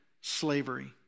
slavery